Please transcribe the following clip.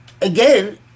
again